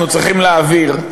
אנחנו צריכים להבהיר: